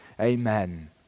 Amen